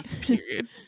Period